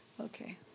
Okay